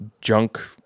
junk